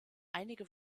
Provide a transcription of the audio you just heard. einige